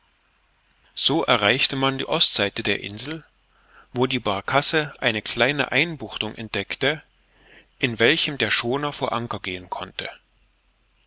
so erreichte man die ostseite der insel wo die barkasse eine kleine einbuchtung entdeckte in welcher der schooner vor anker gehen konnte